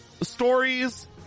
stories